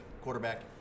quarterback